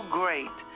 great